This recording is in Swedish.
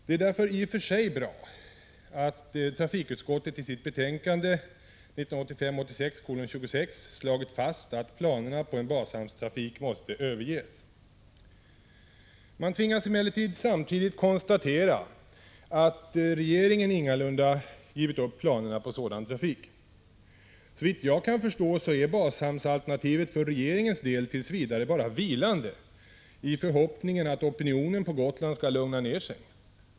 Det är därför i och för sig bra att trafikutskottet i sitt betänkande 1985/86:26 slagit fast att planerna på en bashamnstrafik måste överges. Man tvingas emellertid samtidigt konstatera att regeringen ingalunda givit upp planerna på sådan trafik. Såvitt jag kan förstå är bashamnsalternativet för regeringens del tills vidare bara vilande i förhoppningen att opinionen på Gotland skall lugna ned sig.